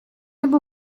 nebo